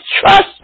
trust